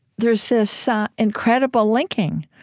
there's this ah incredible linking.